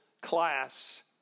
class